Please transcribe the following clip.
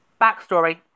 Backstory